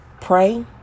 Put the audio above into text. pray